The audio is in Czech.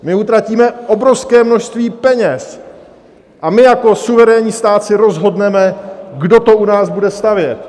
My utratíme obrovské množství peněz a jako suverénní stát si rozhodneme, kdo to u nás bude stavět.